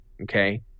Okay